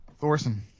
Thorson